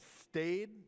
stayed